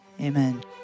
Amen